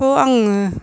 थ आङो